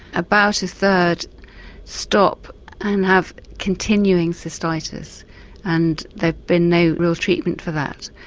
about a third stop and have continuing cystitis and there's been no real treatment for that.